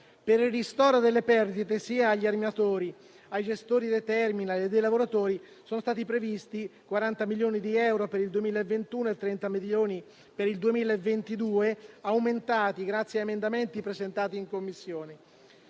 Per il ristoro delle perdite, sia degli armatori, sia dei gestori dei *terminal*, sia dei lavoratori, sono stati previsti 40 milioni di euro per il 2021 e 30 milioni per il 2022, aumentati grazie a emendamenti presentati in Commissione.